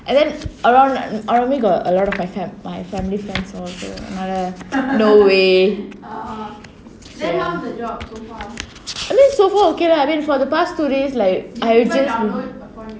and then around around me got a lot of my fam~ my family friends all so no way ya I mean so far okay lah I mean for the past two days like I just